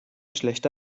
schlechte